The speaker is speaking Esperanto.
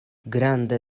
granda